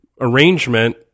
arrangement